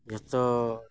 ᱡᱷᱚᱛᱚ